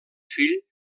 fill